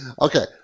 Okay